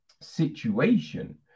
situation